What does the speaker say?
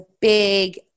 big